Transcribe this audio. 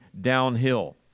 downhill